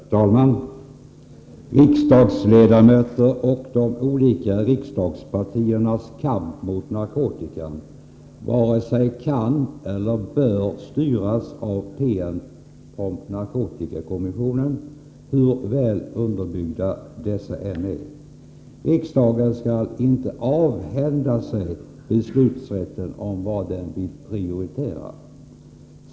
Herr talman! Riksdagsledamöters och de olika riksdagspartiernas kamp mot narkotikan varken kan eller bör styras av promemorior från narkotikakommissionen, hur väl underbyggda dessa än är. Riksdagen skall inte avhända sig rätten att besluta om vad den vill prioritera.